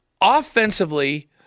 offensively